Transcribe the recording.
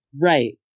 Right